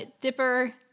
Dipper